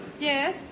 Yes